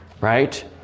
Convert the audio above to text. right